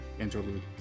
interlude